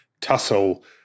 tussle